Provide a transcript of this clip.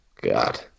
god